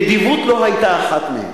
נדיבות לא היתה אחת מהן.